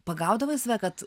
pagaudavai save kad